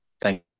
thank